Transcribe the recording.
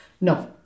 no